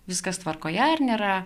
viskas tvarkoje ar nėra